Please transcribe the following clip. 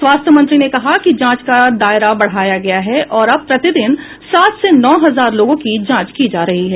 स्वास्थ्य मंत्री ने कहा कि जांच का दायरा बढ़ाया गया है और अब प्रतिदिन सात से नौ हजार लोगों की जांच की जा रही है